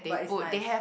but is nice